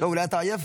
אולי אתה עייף?